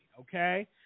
okay